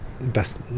best